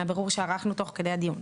מהבירור שערכנו תוך כדי הדיון.